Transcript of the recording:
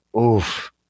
oof